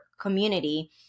community